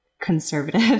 conservative